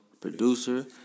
producer